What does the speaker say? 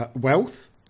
wealth